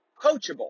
coachable